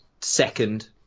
second